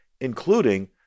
including